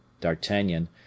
d'artagnan